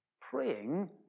praying